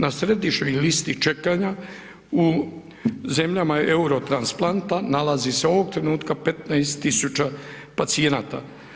Na središnjoj listi čekanja u zemljama Eurotransplanta nalazi se ovog trenutka 15 000 pacijenata.